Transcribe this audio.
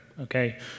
okay